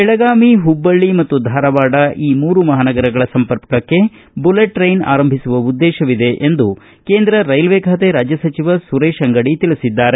ಬೆಳಗಾವಿ ಹುಬ್ಬಳ್ಳಿ ಮತ್ತು ಧಾರವಾಡ ಮೂರು ಮಹಾನಗರಗಳ ಸಂಪರ್ಕಕ್ಕೆಬುಲೆಟ್ ಟ್ರೆನ್ ಆರಂಭಿಸುವ ಉದ್ದೇಶವಿದೆ ಎಂದು ಕೇಂದ್ರ ರೈಲ್ವೆ ಖಾತೆ ರಾಜ್ಯ ಸಚಿವ ಸುರೇಶ ಅಂಗಡಿ ತಿಳಿಸಿದ್ದಾರೆ